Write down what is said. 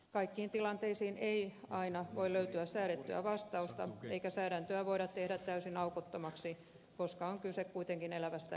kaikkiin tilanteisiin ei aina voi löytyä säädettyä vastausta eikä säädäntöä voida tehdä täysin aukottomaksi koska on kuitenkin kyse elävästä elämästä